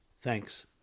Thanks